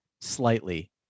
slightly